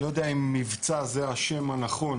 לא יודע אם מבצע זה השם הנכון.